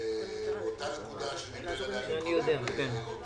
באותה נקודה שדיבר עליה עודד,